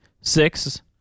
six